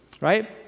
Right